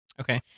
Okay